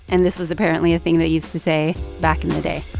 and this was apparently a thing they used to say back in the day